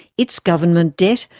its government debt,